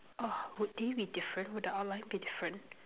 oh would they be different would the outline be different